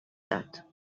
داد